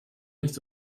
nicht